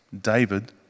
David